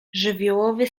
żywiołowy